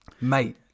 mate